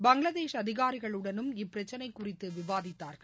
பங்களாதேஷ் அதிகாரிகளுடனும் இப்பிரச்சினைகுறித்துவிவாதித்தாா்கள்